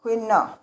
শূন্য